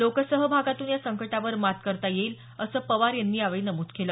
लोकसहभागातून या संकटावर मात करता येईल असं पवार यांनी यावेळी नमूद केलं